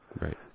Right